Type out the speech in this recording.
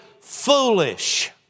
foolish